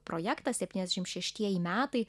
projektas septyniasdešim šeštieji metai